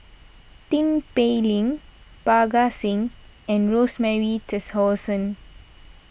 Tin Pei Ling Parga Singh and Rosemary Tessensohn